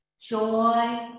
joy